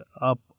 up